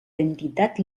identitat